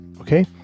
Okay